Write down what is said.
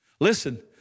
Listen